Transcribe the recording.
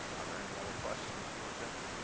are there any other questions for jenny?